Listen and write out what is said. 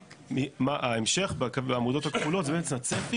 ההמשך בעמודות הכחולות זה בעצם הצפי